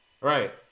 Right